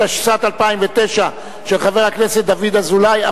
של דוד אזולאי.